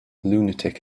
lunatic